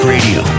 Radio